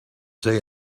say